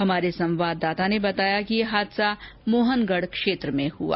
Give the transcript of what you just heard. हमारे संवाददाता ने बताया कि हादसा मोहनगढ क्षेत्र में हआ